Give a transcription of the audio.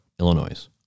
Illinois